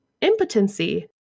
Impotency